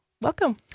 Welcome